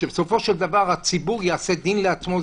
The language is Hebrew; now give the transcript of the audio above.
שבסופו של דבר הציבור יעשה דין לעצמו.